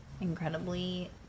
incredibly